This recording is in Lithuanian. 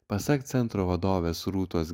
pasak centro vadovės rūtos